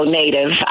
native